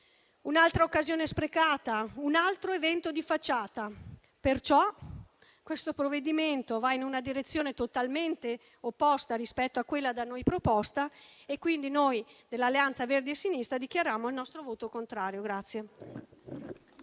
Un'altra occasione sprecata, un altro evento di facciata. Perciò questo provvedimento va in una direzione totalmente opposta rispetto a quella da noi proposta e, quindi, noi dell'Alleanza Verdi e Sinistra dichiariamo il nostro voto contrario.